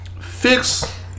Fix